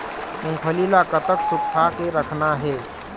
मूंगफली ला कतक सूखा के रखना हे?